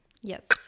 yes